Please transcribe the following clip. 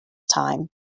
time